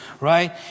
right